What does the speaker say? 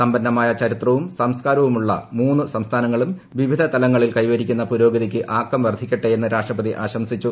സമ്പന്നമായ ചരിത്രവും സംസ്കാരമുള്ള മൂന്നു സംസ്ഥാനങ്ങളും വിവിധതലങ്ങളിൽ കൈവരിക്കുന്ന പൂരോഗതിക്ക് ആക്കം വർദ്ധിക്കട്ടെയെന്ന് രാഷ്ട്രപതി ആശംസിച്ചു